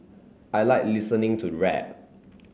I like listening to rap